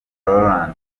rolland